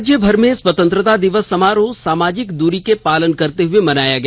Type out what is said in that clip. राज्य भर में स्वतंत्रता दिवस समारोह सामाजिक दूरी का पालन करते हुए मनाया गया